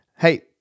Hey